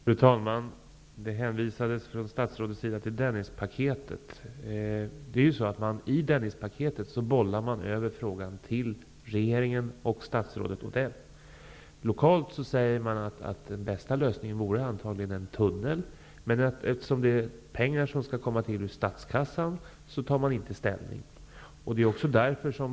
Fru talman! Det hänvisades från statsrådets sida till Dennispaketet. I Dennispaketet bollas dock frågan över till regeringen och statsrådet Odell. Lokalt säger man att den bästa lösningen antagligen vore en tunnel. Men eftersom pengar måste tas från statskassan tar man inte ställning.